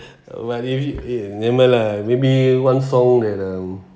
but if it eh never mind lah maybe one song at um